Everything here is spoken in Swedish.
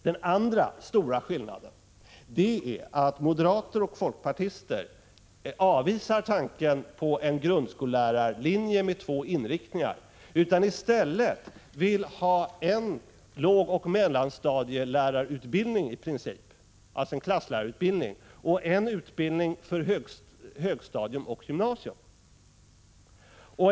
Den andra stora skillnaden är att moderater och folkpartister avvisar tanken på en utbildning för lärare på grundskolan med två inriktningar och i stället i princip vill ha en lågoch mellanstadieutbildning — alltså en klasslärarutbildning — samt en utbildning för högstadium och gymnasium.